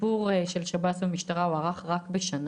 הסיפור של שב"ס ומשטרה הוארך רק בשנה